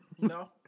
No